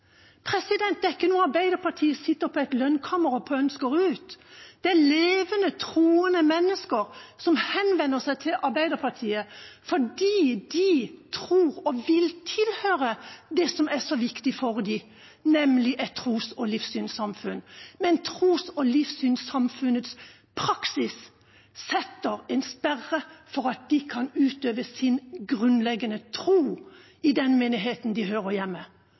er ikke noe Arbeiderpartiet sitter på et lønnkammer og pønsker ut. Levende, troende mennesker henvender seg til Arbeiderpartiet fordi de tror og vil tilhøre det som er så viktig for dem, nemlig et tros- og livssynssamfunn. Men tros- og livssynssamfunnets praksis setter en sperre for at de kan utøve sin grunnleggende tro i den menigheten de hører hjemme.